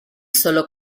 sólo